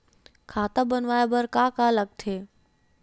खाता बनवाय बर का का लगथे?